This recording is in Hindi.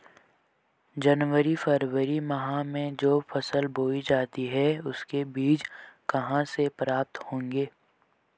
जनवरी फरवरी माह में जो फसल बोई जाती है उसके बीज कहाँ से प्राप्त होंगे?